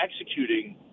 executing